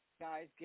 guys